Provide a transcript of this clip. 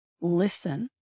listen